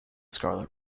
scarlet